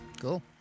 Cool